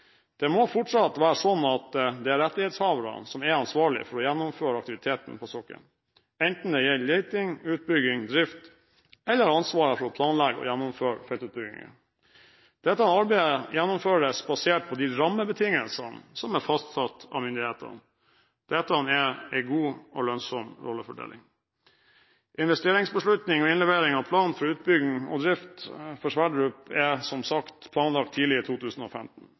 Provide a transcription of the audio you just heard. Det må fortsatt være sånn at det er rettighetshaverne som er ansvarlig for å gjennomføre aktiviteten på sokkelen, enten det gjelder leting, utbygging, drift eller ansvaret for å planlegge og gjennomføre feltutbyggingen. Dette arbeidet gjennomføres basert på de rammebetingelsene som er fastsatt av myndighetene. Dette er en god og lønnsom rollefordeling. Investeringsbeslutning og innlevering av plan for utbygging og drift for Sverdrup er som sagt planlagt tidlig i 2015.